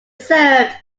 served